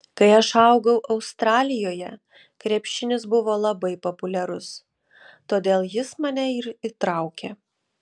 kai aš augau australijoje krepšinis buvo labai populiarus todėl jis mane ir įtraukė